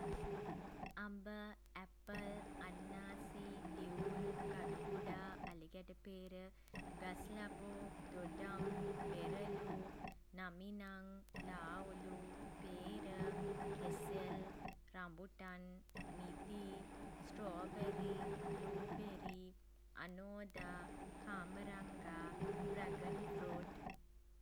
අඹ ඇපල් අන්නාසි දිවුල් ගඩුගුඩා අලිගැටපේර ගස්ලබු දොඩම් වෙරළු නමිනං ලාවුළු පේර කෙසෙල් රඹුටන් මිදි ස්ට්‍රෝබෙරි බ්ලූ බේරි අනෝදා කාමරංගා ඩ්‍රැගන් ෆෘට්